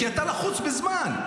כי אתה לחוץ בזמן.